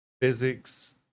physics